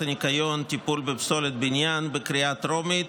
הניקיון (טיפול בפסולת בניין) לקריאה טרומית.